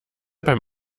beim